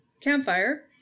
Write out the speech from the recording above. campfire